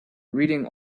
reading